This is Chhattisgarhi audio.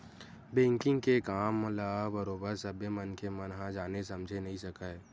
बेंकिग के काम ल बरोबर सब्बे मनखे मन ह जाने समझे नइ सकय